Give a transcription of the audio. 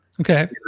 Okay